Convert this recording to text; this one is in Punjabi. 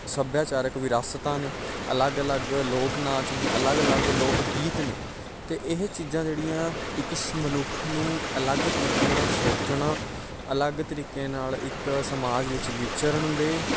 ਸੱਭਿਆਚਾਰਿਕ ਵਿਰਾਸਤਾਂ ਨੇ ਅਲੱਗ ਅਲੱਗ ਲੋਕ ਨਾਚ ਨੇ ਅਲੱਗ ਅਲੱਗ ਲੋਕ ਗੀਤ ਨੇ ਅਤੇ ਇਹ ਚੀਜ਼ਾਂ ਜਿਹੜੀਆਂ ਇੱਕ ਮਨੁੱਖ ਨੂੰ ਅਲੱਗ ਤਰੀਕੇ ਨਾਲ ਸੋਚਣਾ ਅਲੱਗ ਤਰੀਕੇ ਨਾਲ ਇੱਕ ਸਮਾਜ ਵਿੱਚ ਵਿਚਰਨ ਦੇ